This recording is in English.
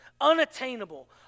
unattainable